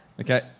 Okay